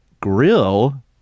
grill